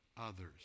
others